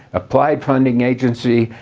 applied funding agency.